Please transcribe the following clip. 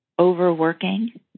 Overworking